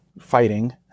fighting